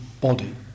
body